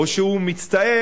או שהוא מצטער?